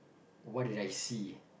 what did I see